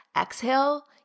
exhale